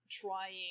trying